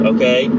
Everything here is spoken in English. Okay